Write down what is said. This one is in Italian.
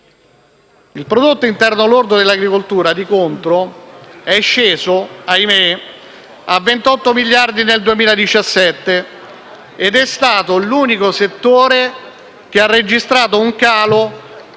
Il prodotto interno lordo dell'agricoltura, di contro, è sceso - ahimè - a 28 miliardi nel 2017 ed è stato l'unico settore che ha registrato un calo